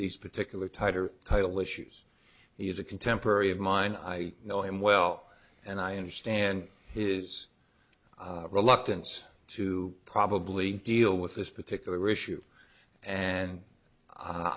these particular tighter title issues he is a contemporary of mine i know him well and i understand his reluctance to probably deal with this particular issue and